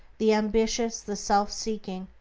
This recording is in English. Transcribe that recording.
the ambitious, the self-seeking,